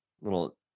little